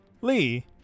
Lee